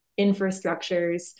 infrastructures